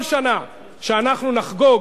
כל שנה שאנחנו נחגוג